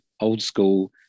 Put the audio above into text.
old-school